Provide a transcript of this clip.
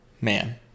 man